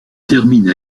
termine